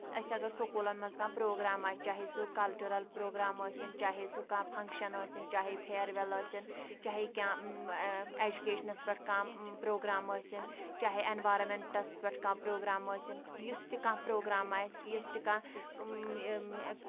أسۍ اَگر سکوٗلَن منٛز کانٛہہ پرٛوگرام آسہِ چاہے سُہ کَلچرَل پرٛوگرام ٲسِن چاہے سُہ کانٛہہ فَنگشَن ٲسِن چاہے فِیرویل ٲسِن چاہے کانٛہہ ایجُوکیشنس پٮ۪ٹھ کانٛہہ پرٛوگرام ٲسِن چاہے اٮ۪نوارنمٮ۪نٹَس پٮ۪ٹھ کانٛہہ پرٛوگرام آسِن یُس تہِ کانٛہہ پرٛوگرام آسہِ یُس تہِ کانٛہہ